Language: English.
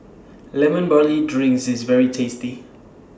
Lemon Barley Drink IS very tasty